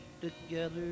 together